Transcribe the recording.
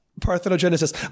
parthenogenesis